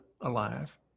alive